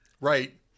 Right